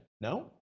no